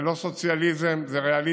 זה לא סוציאליזם, זה ריאליזם,